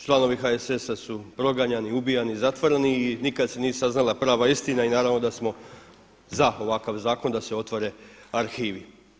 Članovi HSS-a su proganjani, ubijani, zatvoreni i nikada se nije saznala prava istina i naravno da smo za ovakav zakon da se otvore arhivi.